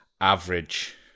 average